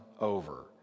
over